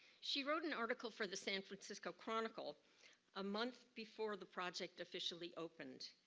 she wrote an article for the san francisco chronicle a month before the project officially opened.